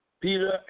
Peter